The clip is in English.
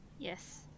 Yes